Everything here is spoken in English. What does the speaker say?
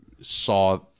saw